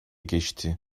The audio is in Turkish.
geçti